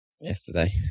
Yesterday